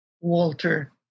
Walter